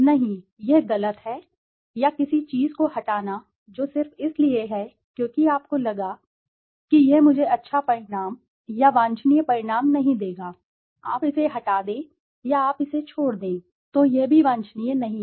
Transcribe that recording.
नहीं यह गलत है या किसी चीज को हटाना जो सिर्फ इसलिए है क्योंकि आपको लगा कि यह मुझे अच्छा परिणाम या वांछनीय परिणाम नहीं देगा आप इसे हटा दें या आप इसे छोड़ दें तो यह भी वांछनीय नहीं है